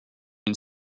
une